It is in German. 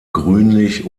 grünlich